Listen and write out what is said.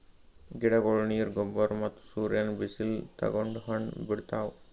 ಗಿಡಗೊಳ್ ನೀರ್, ಗೊಬ್ಬರ್ ಮತ್ತ್ ಸೂರ್ಯನ್ ಬಿಸಿಲ್ ತಗೊಂಡ್ ಹಣ್ಣ್ ಬಿಡ್ತಾವ್